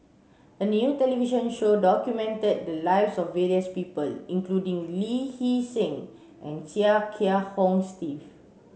a new television show documented the lives of various people including Lee Hee Seng and Chia Kiah Hong Steve